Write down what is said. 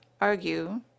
argue